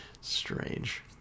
Strange